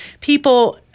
people